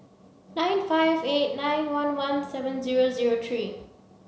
nine five eight nine one one seven zero zero three